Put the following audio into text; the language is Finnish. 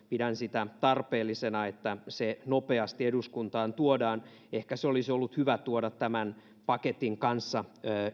pidän sitä tarpeellisena että se nopeasti eduskuntaan tuodaan ehkä se olisi ollut hyvä tuoda tämän paketin kanssa